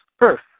earth